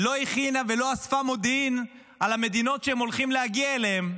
לא הכינה ולא אספה מודיעין על המדינות שהם הולכים להגיע אליהן.